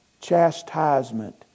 chastisement